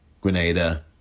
Grenada